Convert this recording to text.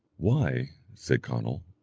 why, said conall,